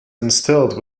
instilled